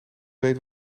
weet